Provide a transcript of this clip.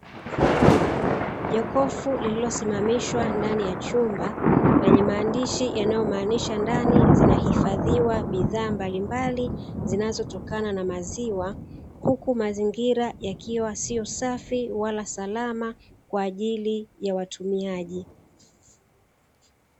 Jokofu lilosimamishwa ndani ya chumba, likiwa linamaanisha ndani kuna bidhaa zinazohifadhiwa zitokanazo na maziwa huku mazingira yakiwa sio safi walaa rafiki kwa watumiaji.